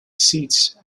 seeds